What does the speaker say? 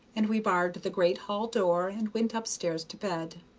and we barred the great hall door and went up stairs to bed.